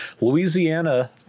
louisiana